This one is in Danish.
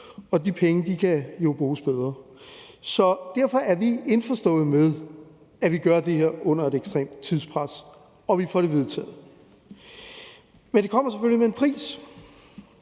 og de penge kan jo bruges bedre. Så derfor er vi indforstået med, at vi gør det her under et ekstremt tidspres, og at vi får det vedtaget. Men det kommer selvfølgelig med en pris,